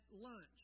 lunch